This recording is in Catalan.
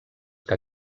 que